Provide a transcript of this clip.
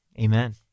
amen